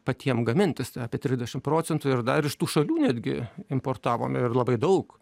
patiem gamintis apie trisdešim procentų ir dar iš tų šalių netgi importavom ir labai daug